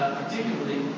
particularly